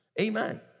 amen